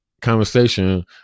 conversation